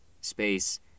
space